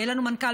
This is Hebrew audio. ויהיה לנו מנכ"ל,